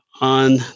on